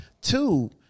Two